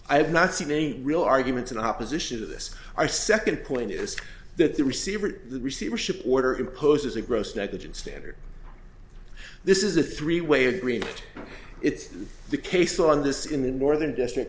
i have not seen any real arguments in opposition to this our second point is that the receiver receivership order imposes a gross negligence standard this is a three way agreement it's the case law on this in the northern district